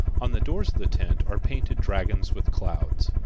on the doors of the tent are painted dragons with clouds.